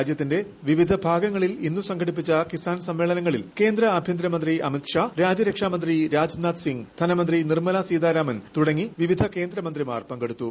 രാജ്യത്തിന്റെ വിവിധ ഭാഗങ്ങളിൽ ഇന്ന് സംഘടിപ്പിച്ച കിസാൻ സമ്മേളനങ്ങളിൽ കേന്ദ്ര ആഭ്യന്തര മന്ത്രി അമിത് ഷാ രാജ്യരക്ഷാ മന്ത്രി രാജ്നാഥ് സിംഗ് ധനമന്ത്രി നിർമല സീതാരാമൻ തുടങ്ങി വിവിധ കേന്ദ്രമന്ത്രിമാർ പങ്കെടുത്തു